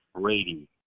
Brady